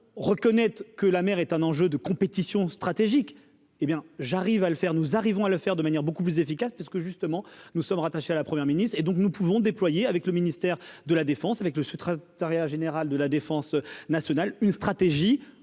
fond, reconnaître que la mer est un enjeu de compétition stratégique, hé bien, j'arrive à le faire, nous arrivons à le faire de manière beaucoup plus efficace, parce que justement nous sommes rattachés à la première ministre et donc nous pouvons déployer avec le ministère de la Défense, avec le ce Zarya générale de la défense nationale, une stratégie